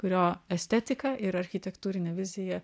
kurio estetika ir architektūrinė vizija